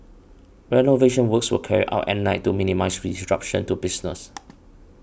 renovation works were carried out at night to minimise disruption to business